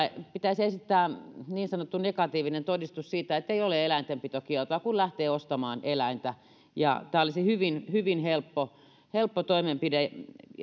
että pitäisi esittää niin sanottu negatiivinen todistus siitä että ei ole eläintenpitokieltoa kun lähtee ostamaan eläintä tämä olisi hyvin hyvin helppo helppo toimenpide